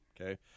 Okay